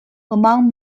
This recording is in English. among